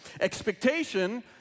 Expectation